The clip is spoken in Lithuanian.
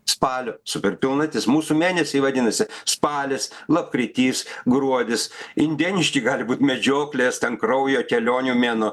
spalio superpilnatis mūsų mėnesiai vadinasi spalis lapkritys gruodis indėniški gali būt medžioklės ten kraujo kelionių mėnuo